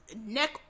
neck